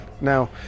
Now